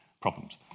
problems